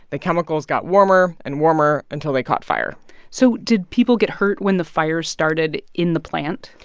the chemicals got warmer and warmer until they caught fire so did people get hurt when the fire started in the plant?